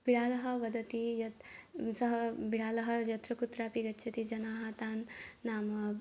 बिडालः वदति यत् सः बिडालः यत्र कुत्रापि गच्छति जनाः तान् नाम